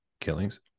Killings